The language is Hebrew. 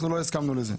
אנחנו לא הסכמנו לזה.